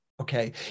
okay